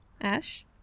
Ash